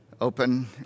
Open